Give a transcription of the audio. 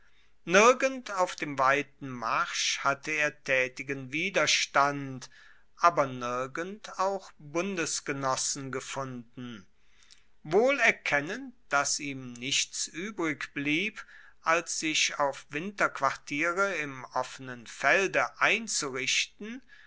nirgend auf dem weiten marsch hatte er taetigen widerstand aber nirgend auch bundesgenossen gefunden wohl erkennend dass ihm nichts uebrig blieb als sich auf winterquartiere im offenen felde einzurichten